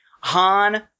han